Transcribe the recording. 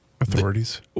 authorities